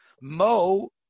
Mo